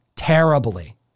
Terribly